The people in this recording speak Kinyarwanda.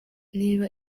niba